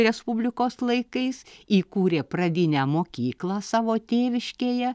respublikos laikais įkūrė pravinę mokyklą savo tėviškėje